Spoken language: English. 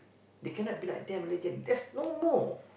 they cannot be like them legend there's no more